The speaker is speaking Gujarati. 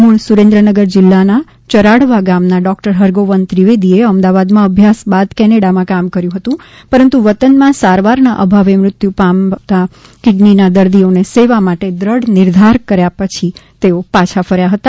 મૂળ સુરેન્દ્રનગર જિલ્લાના ચરાડવા ગામના ડોકટર હરગોવન ત્રિવેદી અમદાવાદમાં અભ્યાસ બાદ કેનેડામાં કામ કર્યું હતું પરંતુ વતનમાં સારવારના અભાવે મૃત્યુ પામતા કીડનીના દર્દીઓની સેવા માટે દ્રઢ નિર્ધાર કરી પાછા ફર્યા હતા